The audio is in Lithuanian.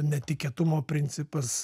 netikėtumo principas